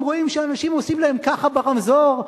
רואים שאנשים עושים להם ככה ברמזור,